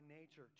nature